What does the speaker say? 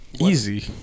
Easy